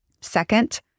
Second